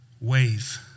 ways